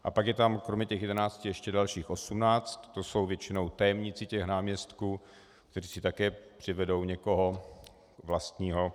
A pak je tam kromě těch 11 ještě dalších 18, to jsou většinou tajemníci těch náměstků, kteří si také přivedou někoho vlastního.